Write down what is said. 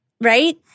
right